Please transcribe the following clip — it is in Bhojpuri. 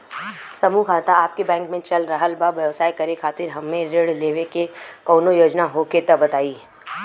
समूह खाता आपके बैंक मे चल रहल बा ब्यवसाय करे खातिर हमे ऋण लेवे के कौनो योजना होखे त बताई?